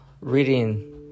reading